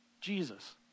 Jesus